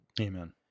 Amen